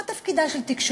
מה תפקידה של תקשורת?